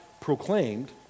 proclaimed